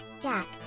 Jack